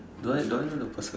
do I do I know the person